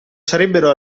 sarebbero